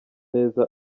neza